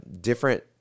different